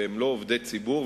שהם לא עובדי ציבור,